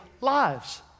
lives